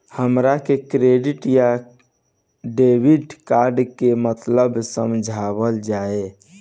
हमरा के डेबिट या क्रेडिट कार्ड के मतलब समझावल जाय?